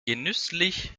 genüsslich